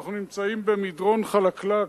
אנחנו נמצאים במדרון חלקלק.